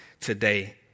today